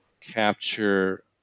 capture